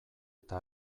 eta